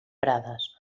prades